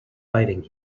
fighting